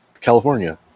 California